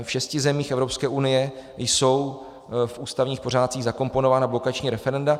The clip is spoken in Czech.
V šesti zemích Evropské unie jsou v ústavních pořádcích zakomponována blokační referenda.